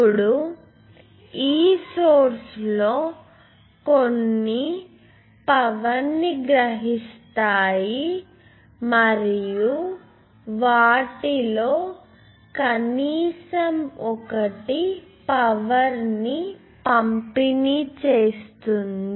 ఇప్పుడు ఈ సోర్స్ లో కొన్ని పవర్ ని గ్రహిస్తాయి మరియు వాటిలో కనీసం ఒకటి పవర్ ని పంపిణీ చేస్తుంది